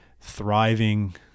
thriving